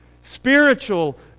Spiritual